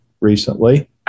recently